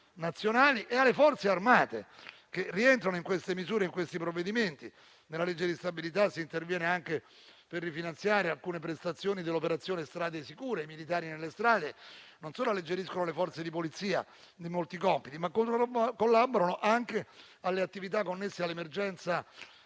nazionali e alle Forze armate, che rientrano in queste misure e in tali provvedimenti. Nella legge di bilancio si interviene anche per rifinanziare alcune prestazioni dell'operazione "Strade sicure". I militari nelle strade non solo alleggeriscono le Forze di polizia di molti compiti, ma collaborano anche alle attività connesse all'emergenza